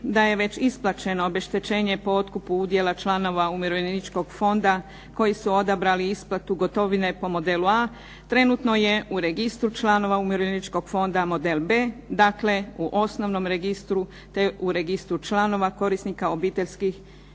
da je već isplaćeno obeštećenje po otkupu udjela članova Umirovljeničkog fonda koji su odabrali isplatu gotovine po modelu A, trenutno je u Registru članova Umirovljeničkog fonda model B, dakle u osnovnom registru te u Registru članova korisnika obiteljskih